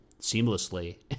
seamlessly